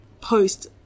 post